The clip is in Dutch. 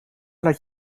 laat